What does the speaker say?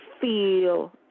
feel